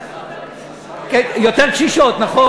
יש יותר קשישות מקשישים.